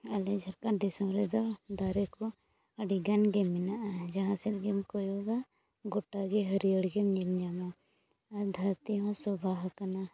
ᱟᱞᱮ ᱡᱷᱟᱲᱠᱷᱚᱸᱰ ᱫᱤᱥᱚᱢ ᱨᱮᱫᱚ ᱫᱟᱨᱮᱠᱚ ᱟᱹᱰᱤᱜᱟᱱ ᱜᱮ ᱢᱮᱱᱟᱜᱼᱟ ᱡᱟᱦᱟᱸᱥᱮᱫ ᱜᱮᱢ ᱠᱚᱭᱚᱜᱟ ᱜᱳᱴᱟᱜᱮ ᱦᱟᱹᱨᱭᱟᱹᱲ ᱜᱮᱢ ᱧᱮᱞ ᱧᱟᱢᱟ ᱟᱨ ᱫᱷᱟᱹᱨᱛᱤᱦᱚᱸ ᱥᱚᱵᱷᱟ ᱟᱠᱟᱱᱟ